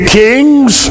kings